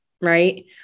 Right